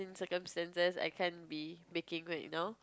circumstances I can't be baking right now